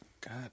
god